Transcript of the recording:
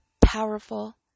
powerful